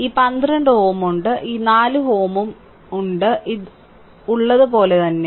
ഈ 12Ω ഉണ്ട് ഈ 4 Ω ഉം ഈ 4Ω ഉം ഉണ്ട് ഇത് ഉള്ളതുപോലെ തന്നെ